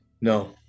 No